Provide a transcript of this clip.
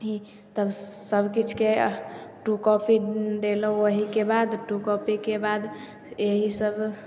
ही तब सब किछुके ट्रू कॉपी देलहुॅं ओहिके बाद ट्रू कॉपीके बाद इएह सब